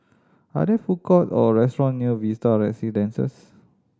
are there food court or restaurant near Vista Residences